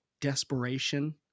desperation